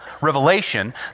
Revelation